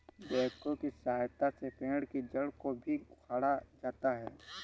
backhoe की सहायता से पेड़ के जड़ को भी उखाड़ा जाता है